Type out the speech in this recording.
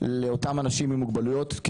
לאותם אנשים עם מוגבלויות,